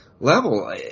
Level